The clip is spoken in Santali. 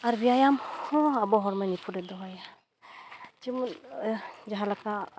ᱟᱨ ᱵᱮᱭᱟᱢ ᱦᱚᱸ ᱟᱵᱚ ᱦᱚᱲᱢᱚ ᱱᱤᱯᱷᱩᱴᱮ ᱫᱚᱦᱚᱭᱟ ᱡᱮᱢᱚᱱ ᱡᱟᱦᱟᱸᱞᱮᱠᱟ